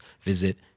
visit